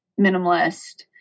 minimalist